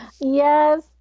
Yes